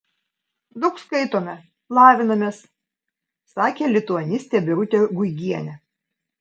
daug skaitome lavinamės sakė lituanistė birutė guigienė